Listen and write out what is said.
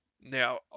Now